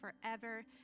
forever